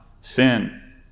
sin